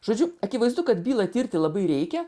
žodžiu akivaizdu kad bylą tirti labai reikia